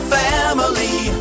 family